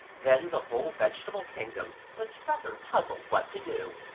then the whole vegetable kingdom was rather puzzled what to do.